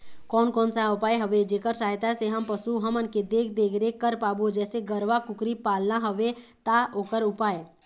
कोन कौन सा उपाय हवे जेकर सहायता से हम पशु हमन के देख देख रेख कर पाबो जैसे गरवा कुकरी पालना हवे ता ओकर उपाय?